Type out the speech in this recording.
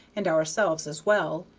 and ourselves as well,